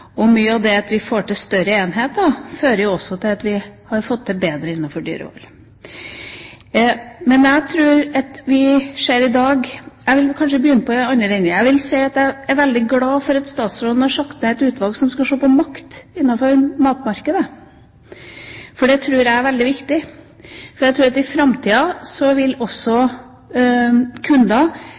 skjedd mye positivt innafor landbruket når det gjelder dyrehold. Mye skyldes at vi får til større enheter, som også fører til at vi har fått til bedre dyrehold. Men jeg er veldig glad for at statsråden har satt ned et utvalg som skal se på makt innafor matmarkedet, for det tror jeg er veldig viktig. I framtida tror jeg kundene vil velge de produktene som faktisk er gode produkter, også